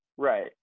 Right